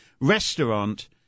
restaurant